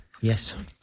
Yes